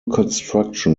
construction